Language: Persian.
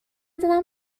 زدم